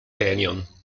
canyon